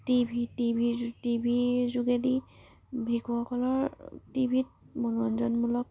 T V T ভিৰ যু T ভিৰ যোগেদি শিশুসকলৰ টি ভিত মনোৰঞ্জনমূলক